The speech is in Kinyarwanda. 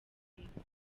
z’uwiteka